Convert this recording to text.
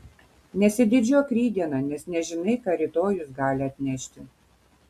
nesididžiuok rytdiena nes nežinai ką rytojus gali atnešti